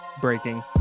breaking